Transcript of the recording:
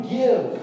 give